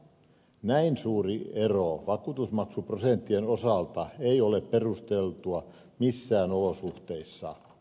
näin suuri ero vakuutusmaksuprosenttien osalta ei ole perusteltua missään olosuhteissa